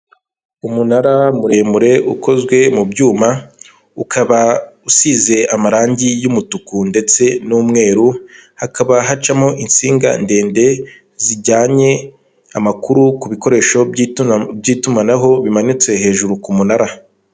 Umunara muremure ukozwe mu byuma ukaba usize amarangi y'umutuku ndetse n'umweru, hakaba hacamo insinga ndende zijyanye amakuru ku bikoresho by'itumanaho bimanitse hejuru ku munara.